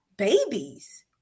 babies